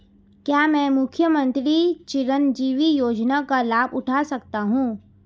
क्या मैं मुख्यमंत्री चिरंजीवी योजना का लाभ उठा सकता हूं?